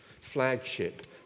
flagship